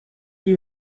you